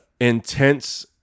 intense